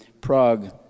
Prague